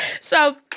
So-